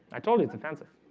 i told you it's offensive.